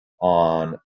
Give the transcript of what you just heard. on